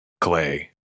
clay